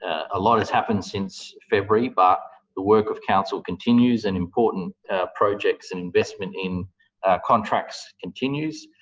a lot has happened since february, but the work of council continues, and important projects and investment in contracts continues,